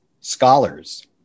scholars